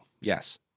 Yes